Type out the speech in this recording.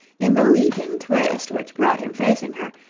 in the leaping twist which brought him facing her,